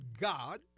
God